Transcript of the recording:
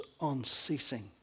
unceasing